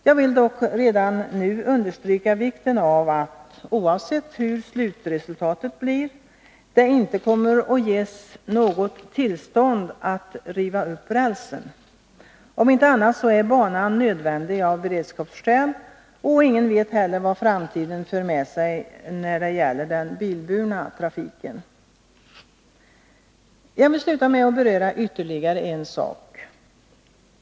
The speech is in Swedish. Jag vill dock redan nu — oavsett vad slutresultatet blir — understryka vikten av att det inte kommer att ges något tillstånd att riva upp rälsen. Om inte annat så är banan nödvändig av beredskapsskäl. Och ingen vet heller vad framtiden för med sig då det gäller den bilburna trafiken. Jag vill sluta med att beröra ytterligare en sak.